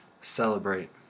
celebrate